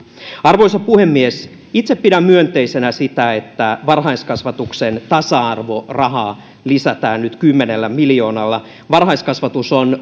arvoisa puhemies itse pidän myönteisenä sitä että varhaiskasvatuksen tasa arvorahaa lisätään nyt kymmenellä miljoonalla varhaiskasvatus on